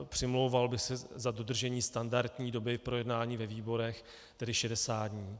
Přimlouval bych se za dodržení standardní doby k projednání ve výborech, tedy 60 dní.